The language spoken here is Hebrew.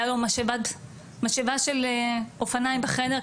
היה לו משאבה של אופניים בחדר,